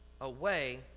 away